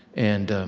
and